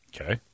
Okay